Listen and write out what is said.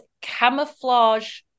camouflage